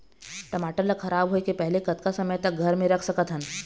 टमाटर ला खराब होय के पहले कतका समय तक घर मे रख सकत हन?